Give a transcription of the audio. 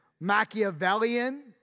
Machiavellian